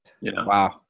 Wow